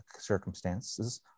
circumstances